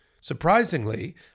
surprisingly